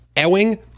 Ewing